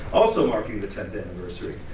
also marking the tenth anniversary.